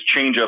changeup